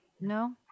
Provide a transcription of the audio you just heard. no